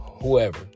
whoever